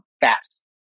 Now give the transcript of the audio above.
fast